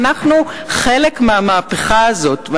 ואנחנו חלק מהמהפכה הזאת.